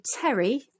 Terry